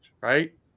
right